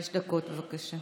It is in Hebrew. חמש דקות, בבקשה.